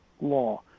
law